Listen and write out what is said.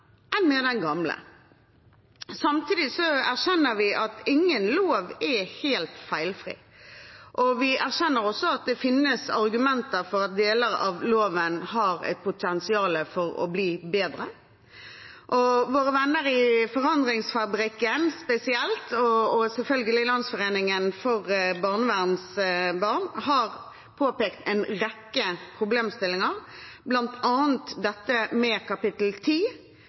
enn med den gamle. Samtidig erkjenner vi at ingen lov er helt feilfri. Vi erkjenner også at det finnes argumenter for at deler av loven har et potensial for å bli bedre. Våre venner i Forandringsfabrikken spesielt, og selvfølgelig Landsforeningen for barnevernsbarn, har påpekt en rekke problemstillinger, bl.a. dette med kapittel